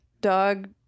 dog